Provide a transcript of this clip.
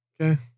Okay